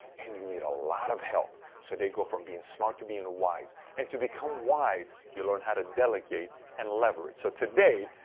and you need a lot of help. so they go from being smart to being wise. and to become wise, you learn how to delegate and leverage. so today,